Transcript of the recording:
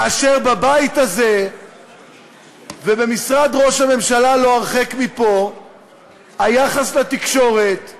כאשר בבית הזה ובמשרד ראש הממשלה לא הרחק מפה היחס לתקשורת,